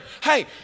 Hey